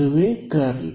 ಅದುವೇ ಕರ್ಲ್